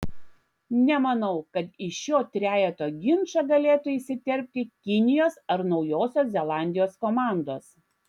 nemanau kad į šio trejeto ginčą galėtų įsiterpti kinijos ar naujosios zelandijos komandos